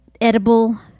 edible